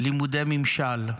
לימודי ממשל.